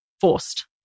forced